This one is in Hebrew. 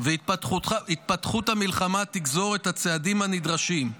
והתפתחות המלחמה תגזור את הצעדים הנדרשים.